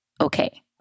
okay